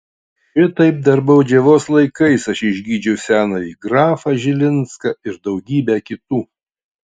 šitaip dar baudžiavos laikais aš išgydžiau senąjį grafą žilinską ir daugybę kitų